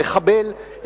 לחבל,